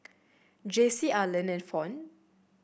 Jaycie Arland and Fawn